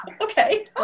okay